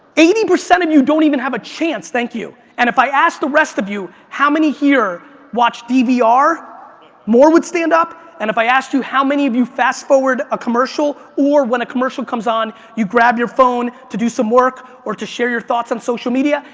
eighty percent of you don't even have a chance. thank you. and if i asked the rest of you how many here watch dvr, more would stand up. and if i asked you how many of you fast forward a commercial or when a commercial comes on you grab your phone to do some work or to share your thoughts on social media,